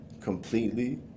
completely